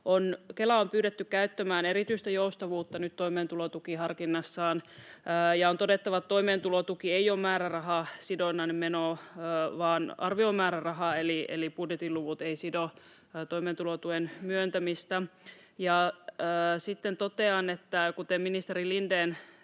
Kelaa on pyydetty käyttämään erityistä joustavuutta nyt toimeentulotukiharkinnassaan, ja on todettava, että toimeentulotuki ei ole määrärahasidonnainen meno vaan arviomääräraha, eli budjetin luvut eivät sido toimeentulotuen myöntämistä. Sitten totean, että kuten edustaja Lindén